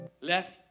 left